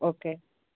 okay